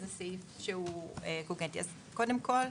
קודם כל,